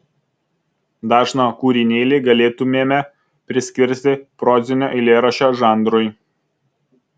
dažną kūrinėlį galėtumėme priskirti prozinio eilėraščio žanrui